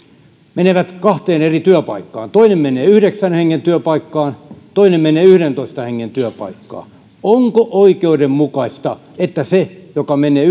menevät kahteen eri työpaikkaan toinen menee yhdeksän hengen työpaikkaan toinen menee yhdentoista hengen työpaikkaan onko oikeudenmukaista että sillä joka menee